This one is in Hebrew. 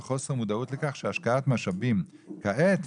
ויש חוסר מודעות לכך שהשקעת משאבים כעת,